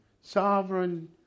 sovereign